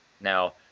Now